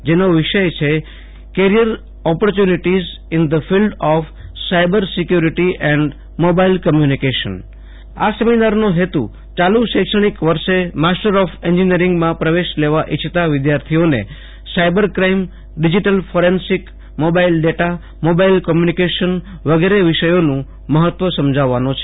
જેનો વિષય છે કેરીયર ઓપોચ્યુનિટિમાં in the field of cyber security and mobile communication આ સેમિનારનો હેતુ ચાલ શૈક્ષણિક વષ માસ્ટર ઓફ એન્જીનીયરીગમાં પ્રવેશ લેવા ઈચ્છતા વિધાર્થિઓને cyber crime digital forensic mobile data mobile communication વગેરે વિષયોનું મહત્વ સમજાવવાનો છે